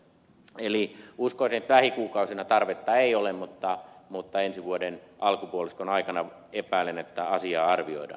eli uskoisin että lähikuukausina tarvetta ei ole mutta ensi vuoden alkupuoliskon aikana epäilen että asiaa arvioidaan